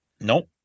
Nope